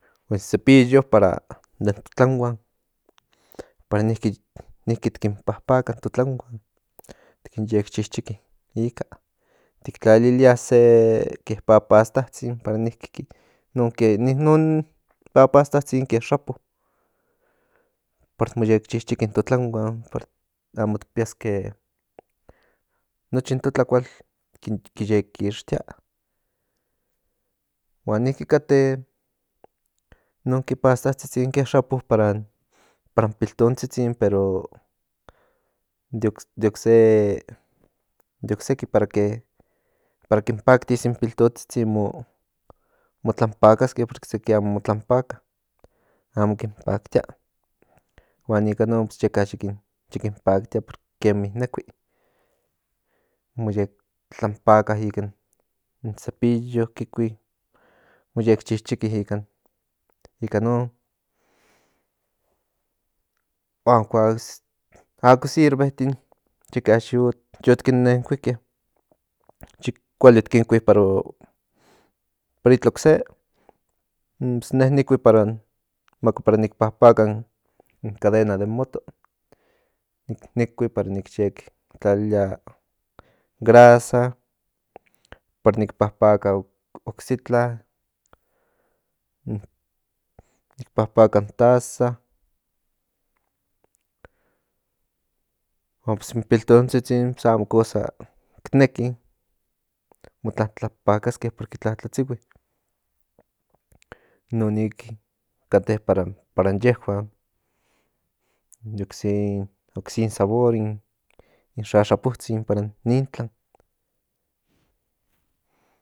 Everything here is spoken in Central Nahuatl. In cepillo para to tlanhuan para niki ti kin papaka in to tlanhuan ti kin yek chichiki ika tik tlalilia se ke papastatsin para niki ke in non ke niki non papastatsin ke xapo para ti mo yek chichiki in to tlanhuan para nochi tikpiaske nochi in to tlanhuan kin yek kixtia huan niki kate in nokse pastatsitsin ke xapo para in piltontzitzin pero de ocse de ocseki para kin paktia in piltontzitzin mo tlanpakaske porque seki amo mo tlanpaka amo kin paktia huan ika in non kema yi kin paktia porque ken mo inekui moyek tlanpaka ikan cepillo kikui mo yek chichiki ikan non huan kuak ako sirvetin yeka yit kin nen kuike yit kuali ti kikui para itla ocse in ne niki para in nik papaka in cadena den moto nikui para nik yek tlalilia grasa para nik papaka ocse itla papaka in taza huan in piltontzitzin amo cosa ki neki mo tlanpakaske porque tlatsihui inonik kate para in yehuan ocse sabor in xaxapotsin para nin tlan